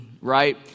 right